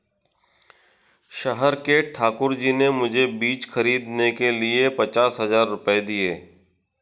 शहर के ठाकुर जी ने मुझे बीज खरीदने के लिए पचास हज़ार रूपये दिए